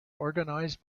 organised